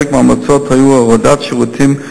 וחלק מההמלצות היו הורדת שירותים,